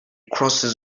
crosses